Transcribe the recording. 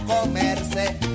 comerse